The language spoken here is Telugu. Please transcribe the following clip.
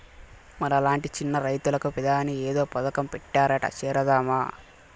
మనలాంటి చిన్న రైతులకు పెదాని ఏదో పథకం పెట్టారట చేరదామా